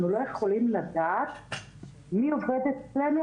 אנחנו לא יכולים לדעת מי עובד אצלנו,